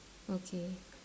okay